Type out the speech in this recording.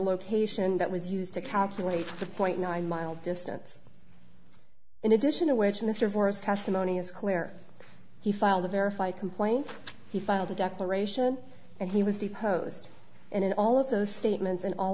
location that was used to calculate the point nine mile distance in addition to which mr forrest testimony is clear he filed a verify complaint he filed a declaration and he was deposed and in all of those statements and all